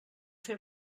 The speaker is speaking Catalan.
fer